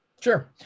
Sure